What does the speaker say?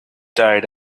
died